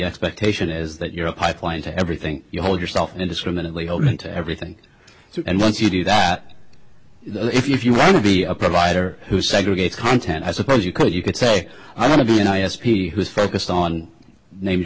expectation is that you're a pipeline to everything you hold yourself indiscriminately element to everything and once you do that you know if you want to be a provider who segregate content i suppose you could you could say i want to be an i s p who's focused on name